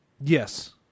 Yes